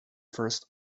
first